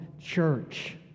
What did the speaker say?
church